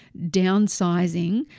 downsizing